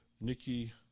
Nikki